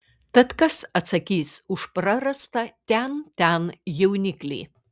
tad kas atsakys už prarastą tian tian jauniklį